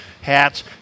hats